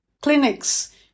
clinics